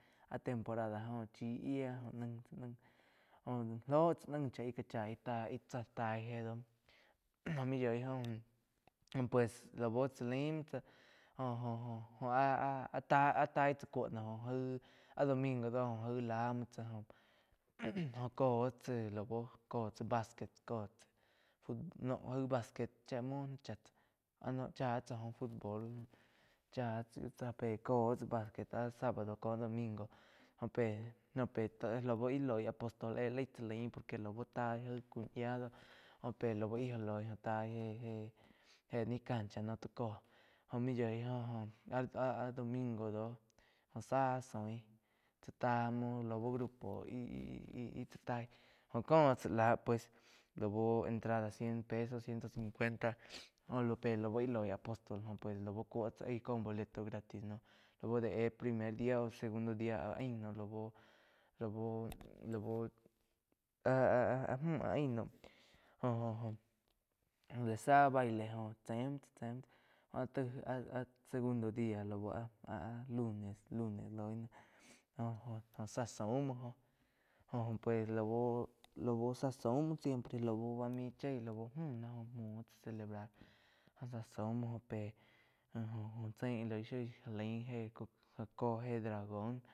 Ah temporada joh chi yia jo gi lóh chá naih chá ih cá chaí ih tsá taí éh doh jóh múh yoi joh pues lau chá laim múo tsá jo-jo áh-áh taig chá kóu no óho jai áh domingo doh jo jaí lá muo tsá joh cóh tsá lau cóh tsá basquet cóh tsá fut no jaí basquet shía muo chá tsá noh chá tsá óh fut bol chá tsá. Pe coh tsá basquet áh sábado có domingo jó pe-pe lau laú íh loi apostol éh laig chá lain lau taí aíg kúo yía do joh pe lau íh óh loi taí éh-éh ni cancha noh jó múh yói joh oh áh-áh domingo doh joh zá soin tsá tá muo lau grupo íh-íh tsá tai cóh tsá láh pues laun entrada cien pesos, ciento cincuenta joh pe laú íh lói apostol joh lau cóu tsá aíh có boleto gratis lau de éh primer dia, segundo dia laú-laú-laú áh-áh müh áh ain nau jo-jo la zá baile joh áh taí áh-áh segundo dia áh-áh lunes loi náh joh-joh zá saum muo jóh pues lau-lau zá saum muo siempre lau bá muo chíe lau müh noh muo tsá celebrar áh zá saum muo pe joh-joh zein íh loi shoi já lain éh co héh dragón.